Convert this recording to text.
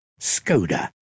Skoda